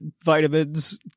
vitamins